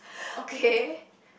okay